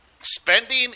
spending